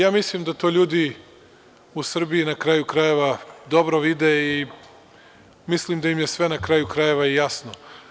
Ja mislim da to ljudi u Srbiji, na kraju krajeva, dobro vide i mislim da im je sve na kraju krajeva i jasno.